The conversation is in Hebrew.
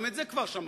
גם את זה כבר שמעתי.